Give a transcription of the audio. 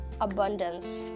abundance